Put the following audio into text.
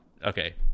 okay